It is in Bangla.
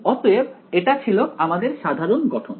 অতএব এটা ছিল আমাদের সাধারণ গঠন